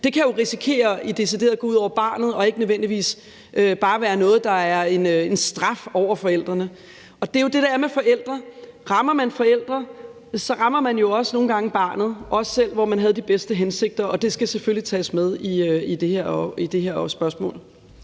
Det kan jo risikere decideret at gå ud over barnet og ikke nødvendigvis bare være noget, der er en straf for forældrene. Det er jo det, der er med forældre: Rammer man forældre, rammer man jo også nogle gange barnet, også selv, hvor man havde de bedste hensigter. Det skal selvfølgelig tages med i det her spørgsmål.